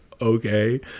okay